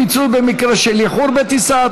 פיצוי במקרה של איחור בטיסה),